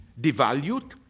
devalued